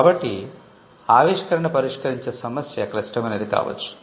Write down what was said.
కాబట్టి ఆవిష్కరణ పరిష్కరించే సమస్య క్లిష్టమైనది కావచ్చు